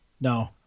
no